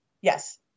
Yes